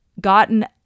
gotten